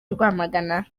rwamagana